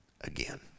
again